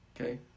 okay